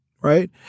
Right